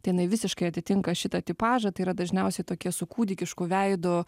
tai jinai visiškai atitinka šitą tipažą tai yra dažniausiai tokie su kūdikišku veidu